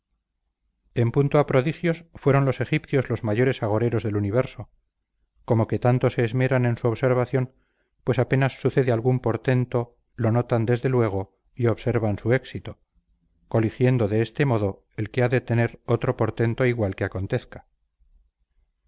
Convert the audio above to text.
en punto a prodigios fueron los egipcios los mayores agoreros del universo como que tanto se esmeran en su observación pues apenas sucede algún portento lo notan desde luego y observan su éxito coligiendo de este modo el que ha de tener otro portento igual que acontezca